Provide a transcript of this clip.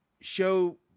show